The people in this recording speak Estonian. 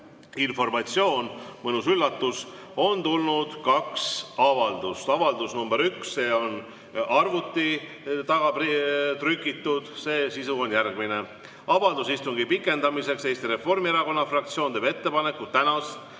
informatsioon, mõnus üllatus on tulnud, kaks avaldust. Avaldus nr 1, see on arvuti taga trükitud, selle sisu on järgmine: avaldus istungi pikendamiseks. Eesti Reformierakonna fraktsioon teeb ettepaneku tänast,